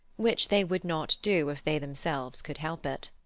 which they would not do if they themselves could help it.